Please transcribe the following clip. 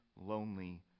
lonely